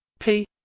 p